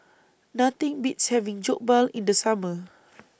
Nothing Beats having Jokbal in The Summer